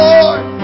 Lord